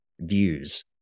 views